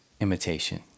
imitation